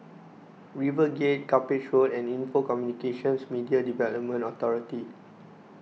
RiverGate Cuppage Road and Info Communications Media Development Authority